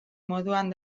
moduan